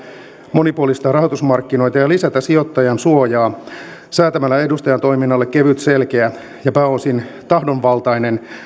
monipuolistaa rahoitusmarkkinoita ja lisätä sijoittajansuojaa säätämällä edustajan toiminnalle kevyt selkeä ja pääosin tahdonvaltainen